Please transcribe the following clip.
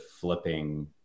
flipping